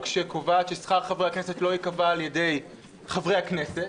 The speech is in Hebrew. שקובעת ששכר חברי הכנסת לא ייקבע על ידי חברי הכנסת,